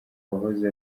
wahoze